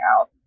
out